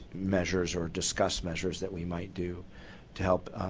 measures or discuss measures that we might do to help